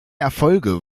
erfolge